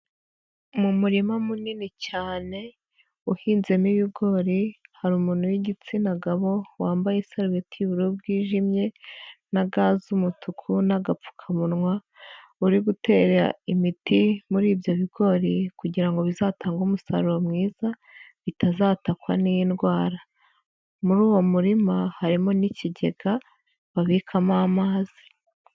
Mu murima munini cyane uhinzemo ibigori hari umuntu w'igitsina gabo wambaye isarubeti y'ubururu bwijimye na ga z'umutuku n'agapfukamunwa uri gutera imiti muri ibyo bigori kugira ngo bizatange umusaruro mwiza bitazatakwa n'indwara, muri uwo murima harimo n'ikigega babikamo amazi.